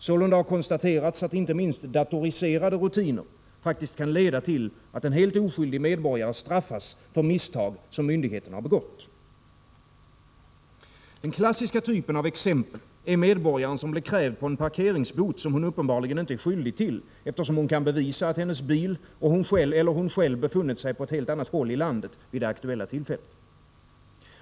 Sålunda har konstaterats att inte minst datoriserade rutiner faktiskt kan leda till att en helt oskyldig medborgare straffas för misstag som myndigheten begått. Den klassiska typen av exempel är medborgaren som blir krävd på en parkeringsbot för en förseelse som hon uppenbarligen inte är skyldig till, eftersom hon kan bevisa att hennes bil eller hon själv befunnit sig på ett helt annat håll i landet vid det aktuella tillfället.